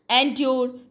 Endure